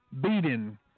beating